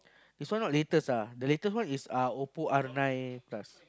this one not latest ah the latest one is uh Oppo-R-nine-plus